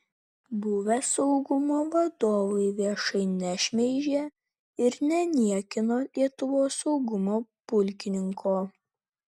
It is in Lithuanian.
buvę saugumo vadovai viešai nešmeižė ir neniekino lietuvos saugumo pulkininko